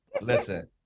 Listen